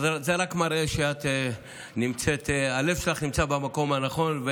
זה רק מראה שהלב שלך נמצא במקום הנכון,